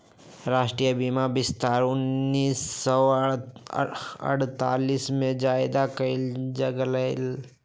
राष्ट्रीय बीमा विस्तार उन्नीस सौ अडतालीस में ज्यादा कइल गई लय